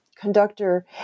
conductor